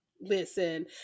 listen